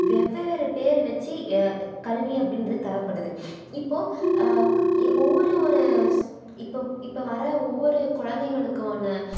வெவ்வவேறு பேர் வச்சு கல்வி அப்படின்றது தரப்படுது இப்போ ஒவ்வொரு ஒரு ஸ் இப்போ இப்போ வர ஒவ்வொரு குழந்தைங்களுக்கும்மான